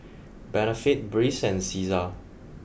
Benefit Breeze and Cesar